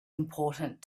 important